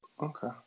Okay